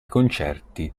concerti